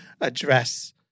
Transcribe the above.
address